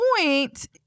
point